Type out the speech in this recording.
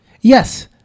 Yes